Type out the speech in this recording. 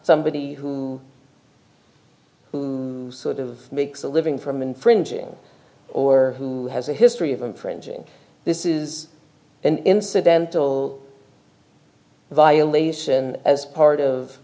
somebody who sort of makes a living from infringing or who has a history of infringing this is an incidental violation as part of